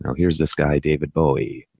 here's this guy david bowie,